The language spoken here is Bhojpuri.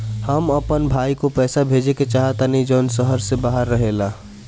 हम अपन भाई को पैसा भेजे के चाहतानी जौन शहर से बाहर रहेला